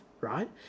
right